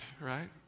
right